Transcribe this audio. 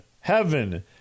Heaven